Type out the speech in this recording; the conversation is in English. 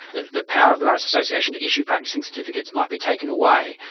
that the power of the bar association to issue practising certificates might be taken away.